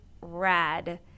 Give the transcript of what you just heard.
rad